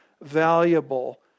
valuable